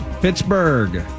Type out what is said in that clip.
Pittsburgh